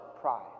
pride